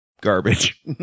garbage